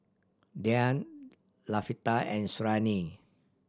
Dian Latifa and Suriani